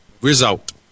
Result